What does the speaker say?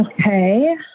okay